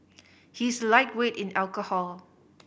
he is a lightweight in alcohol